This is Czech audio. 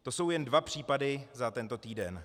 To jsou jen dva případy za tento týden.